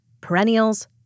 Perennial's